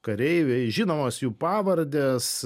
kareiviai žinomos jų pavardės